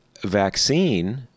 vaccine